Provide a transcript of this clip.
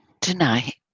tonight